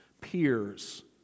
peers